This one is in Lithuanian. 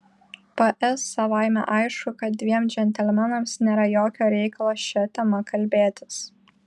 ps savaime aišku kad dviem džentelmenams nėra jokio reikalo šia tema kalbėtis